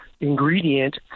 ingredient